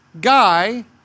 guy